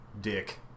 dick